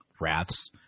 wraths